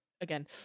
again